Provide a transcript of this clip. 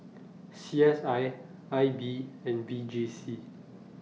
C S I I B and V J C